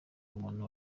umuntu